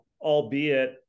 albeit